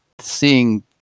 seeing